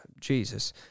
Jesus